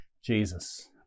Jesus